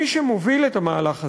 שמי שמוביל את המהלך הזה,